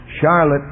Charlotte